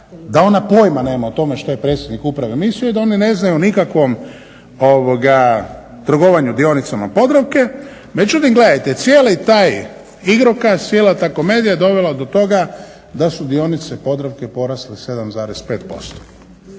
da ona pojma nema o tome što je predsjednik Uprave mislio i da oni ne znaju o nikakvom trgovanju dionicama Podravke. Međutim gledajte, cijeli taj igrokaz, cijela ta komedija je dovela do toga da su dionice Podravke porasle 7,5%.